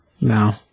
No